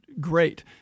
great